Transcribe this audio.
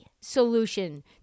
solution